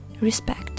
respect